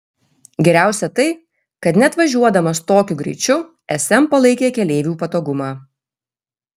geriausia tai kad net važiuodamas tokiu greičiu sm palaikė keleivių patogumą